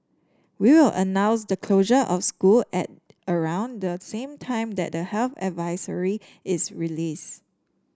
we will announce the closure of school at around the same time that the health advisory is released